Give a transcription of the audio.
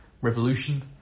revolution